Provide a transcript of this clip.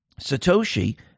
Satoshi